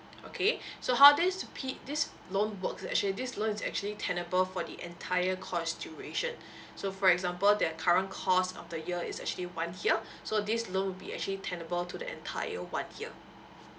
okay so how this p~ this loan works is actually this loan is actually tenable for the entire course duration so for example that current course of the year is actually one year so this loan will be actually tenable to the entire one year